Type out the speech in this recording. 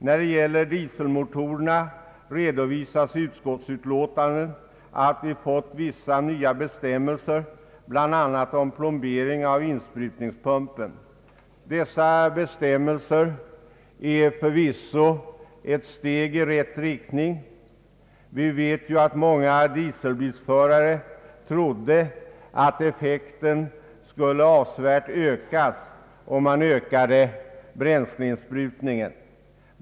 När det gäller dieselmotorerna redovisas i utskottsutlåtandet att vi fått vissa nya bestämmelser, bland annat om plombering av insprutningspumpen. Dessa bestämmelser är förvisso ett steg i rätt riktning. Vi vet ju att många dieselbilförare trodde att effekten skulle avsevärt ökas om man ökade bränsleinsprutningen.